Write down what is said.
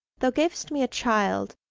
thou gavest me a child,